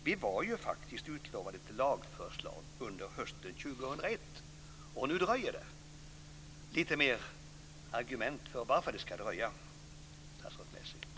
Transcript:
Vi var ju faktiskt utlovade ett lagförslag under hösten 2001. Och nu dröjer det. Jag skulle vilja ha lite fler argument för varför det ska dröja, statsrådet Messing.